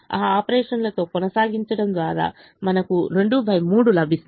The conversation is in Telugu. ఆ ఆపరేషన్లతో కొనసాగించడం ద్వారా మనకు 23 లభిస్తుంది